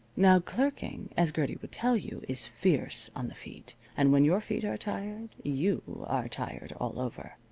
now clerking, as gertie would tell you, is fierce on the feet. and when your feet are tired you are tired all over.